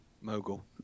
Mogul